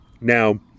Now